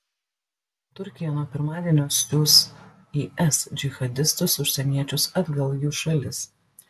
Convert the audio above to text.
turkija nuo pirmadienio siųs is džihadistus užsieniečius atgal į jų šalis